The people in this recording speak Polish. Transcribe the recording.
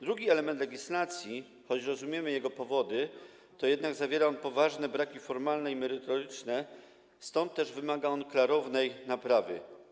Drugi element legislacji, choć rozumiemy jego powody, zawiera poważne braki formalne i merytoryczne, stąd też wymaga on klarownej naprawy.